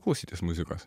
klausytis muzikos